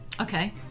Okay